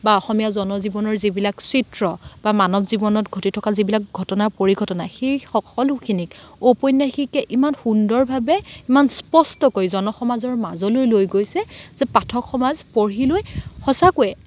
বা অসমীয়া জনজীৱনৰ যিবিলাক চিত্ৰ বা মানৱ জীৱনত ঘটি থকা যিবিলাক ঘটনা পৰিঘটনা সেই সকলোখিনিক ঔপন্যাসিকে ইমান সুন্দৰভাৱে ইমান স্পষ্টকৈ জন সমাজৰ মাজলৈ লৈ গৈছে যে পাঠক সমাজ পঢ়ি লৈ সঁচাকৈয়ে